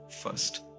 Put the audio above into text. first